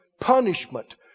Punishment